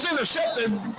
intercepted